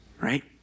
right